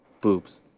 Boobs